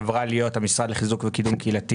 עברה למשרד לחיזוק וקידום קהילתי